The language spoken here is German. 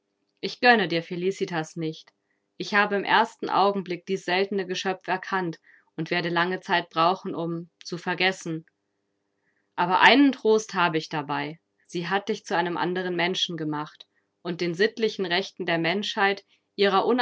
ich gönne dir felicitas nicht ich habe im ersten augenblick dies seltene geschöpf erkannt und werde lange zeit brauchen um zu vergessen aber einen trost habe ich dabei sie hat dich zu einem anderen menschen gemacht und den sittlichen rechten der menschheit ihrer